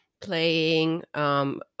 playing